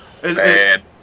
Bad